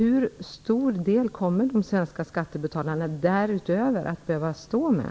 Hur stor del kommer de svenska skattebetalarna därutöver att behöva stå för?